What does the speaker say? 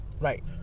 right